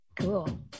Cool